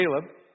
Caleb